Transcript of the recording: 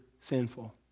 sinful